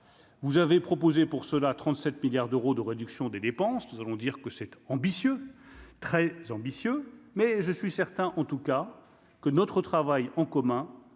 Vous avez proposé pour cela 37 milliards d'euros de réduction des dépenses, nous allons dire que cet ambitieux, très ambitieux, mais je suis certain en tout cas que notre travail en commun